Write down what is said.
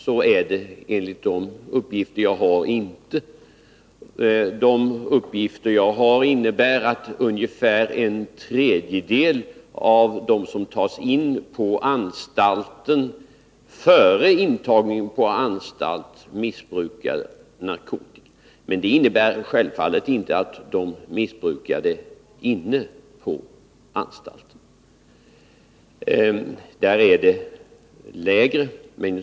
Så är det inte enligt de uppgifter jag har, utan de uppgifterna ger vid handen att ungefär en tredjedel av dem som tas in på anstalt före intagningen missbrukade narkotika. Detta innebär ju självfallet inte att det inte förekommer missbruk på anstalt, men där är missbruket mindre.